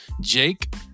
Jake